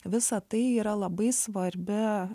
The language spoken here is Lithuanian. visa tai yra labai svarbi